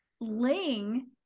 Ling